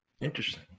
Interesting